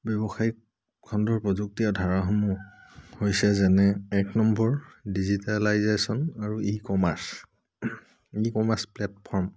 ব্যৱসায়িক খণ্ডৰ প্ৰযুক্তিয় ধাৰাসমূহ হৈছে যেনে এক নম্বৰ ডিজিটেলাইজেশ্যন আৰু e commerce e commerce platform